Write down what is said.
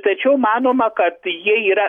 tačiau manoma kad jie yra